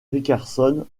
richardson